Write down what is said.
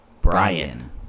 Brian